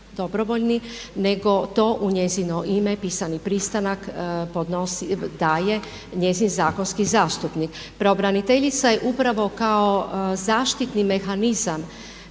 nego to u njezino ime pisani pristanak podnosi, daje njezin zakonski zastupnik. Pravobraniteljica je upravo kao zaštitni mehanizam